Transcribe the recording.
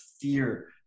fear